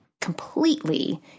completely